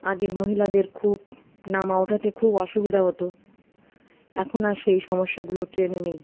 আগের মহিলাদের খুব নামা ওঠাতে খুব অসুবিধা হতো এখন আর সেই সমস্যাগুলো ট্রেনে নেই